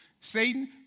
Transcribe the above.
Satan